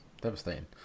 devastating